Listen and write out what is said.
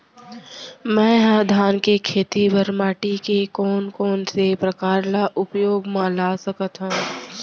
मै ह धान के खेती बर माटी के कोन कोन से प्रकार ला उपयोग मा ला सकत हव?